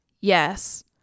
Yes